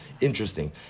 Interesting